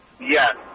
Yes